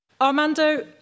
Armando